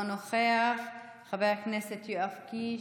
אינו נוכח, חבר הכנסת יואב קיש,